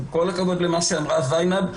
עם כל הכבוד למה שאמרה זינב,